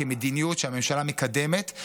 כמדיניות שהממשלה מקדמת,